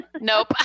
Nope